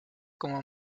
como